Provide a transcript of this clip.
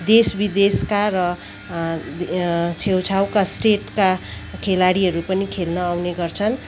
देश विदेशका र छेउछाउका स्टेटका खेलाडीहरू पनि खेल्न आउने गर्छन्